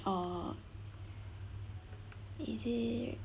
or is it